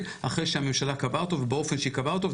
אחרי שהממשלה קבעה אותו ובאופן שהיא קבעה אותו,